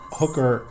hooker